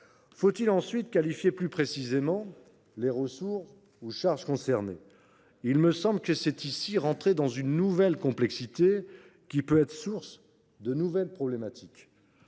Faut il ensuite qualifier plus précisément les ressources et les charges concernées ? Il me semble que c’est ici entrer dans une complexité qui ne peut être source que de nouvelles problématiques.